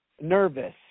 nervous